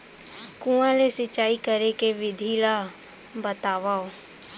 कुआं ले सिंचाई करे के विधि ला बतावव?